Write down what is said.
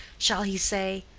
shall he say,